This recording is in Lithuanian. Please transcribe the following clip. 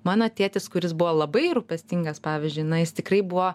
mano tėtis kuris buvo labai rūpestingas pavyzdžiui na jis tikrai buvo